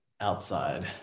outside